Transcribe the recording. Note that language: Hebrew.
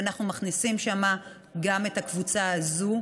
ואנחנו מכניסים שם גם את הקבוצה הזאת,